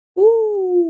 ooh,